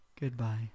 goodbye